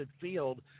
field